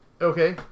Okay